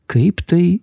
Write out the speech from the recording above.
kaip tai